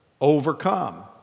overcome